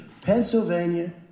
Pennsylvania